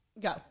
go